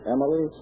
Emily